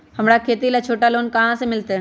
हमरा खेती ला छोटा लोने कहाँ से मिलतै?